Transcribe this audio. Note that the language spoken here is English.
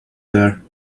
there